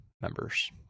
members